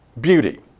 beauty